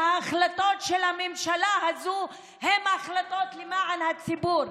שהחלטות של הממשלה הזו הן החלטות למען הציבור.